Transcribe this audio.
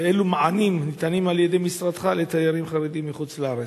ואילו מענים ניתנים על-ידי משרדך לתיירים חרדים מחוץ-לארץ?